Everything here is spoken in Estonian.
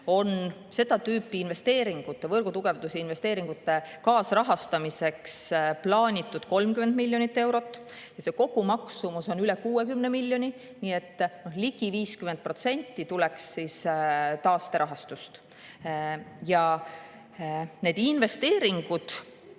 seda tüüpi investeeringute, võrgu tugevdamise investeeringute kaasrahastamiseks plaanitud 30 miljonit eurot ja see kogumaksumus on üle 60 miljoni, nii et ligi 50% tuleks taasterahastust. Need investeeringud